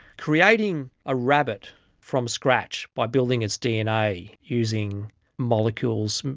creating a rabbit from scratch by building its dna using molecules,